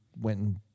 went